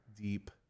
deep